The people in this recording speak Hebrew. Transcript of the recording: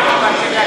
תעמוד מאחורי